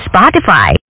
Spotify